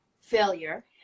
failure